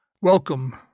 Welcome